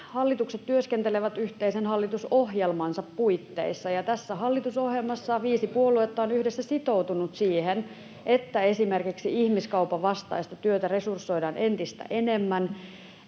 Hallitukset työskentelevät yhteisen hallitusohjelmansa puitteissa, ja tässä hallitusohjelmassa viisi puoluetta on yhdessä sitoutunut siihen, että esimerkiksi ihmiskaupan vastaista työtä resursoidaan entistä enemmän,